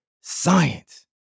science